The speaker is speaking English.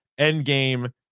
Endgame